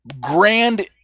grand